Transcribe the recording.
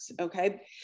okay